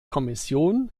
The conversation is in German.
kommission